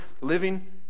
living